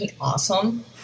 awesome